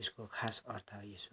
यसको खास अर्थ यसो हो